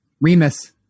Remus